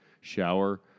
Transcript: shower